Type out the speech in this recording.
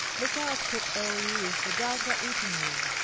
look out, kut-o-yis', the dogs are eating you,